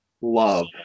love